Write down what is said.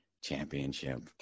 Championship